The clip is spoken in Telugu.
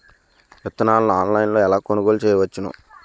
విత్తనాలను ఆన్లైన్లో ఎలా కొనుగోలు చేయవచ్చున?